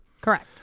Correct